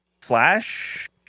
Flash